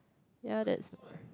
ya that is